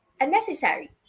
unnecessary